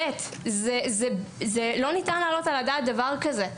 לא ניתן להעלות על הדעת דבר כזה.